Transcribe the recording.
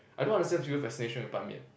I don't understand people's fascination with Ban-Mian